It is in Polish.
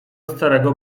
starego